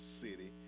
city